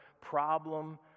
problem